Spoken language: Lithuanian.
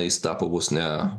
jis tapo vos ne